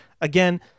again